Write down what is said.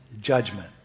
judgment